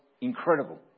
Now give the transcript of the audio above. incredible